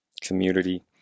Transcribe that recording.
community